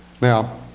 Now